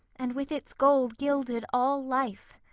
and with its gold gilded all life.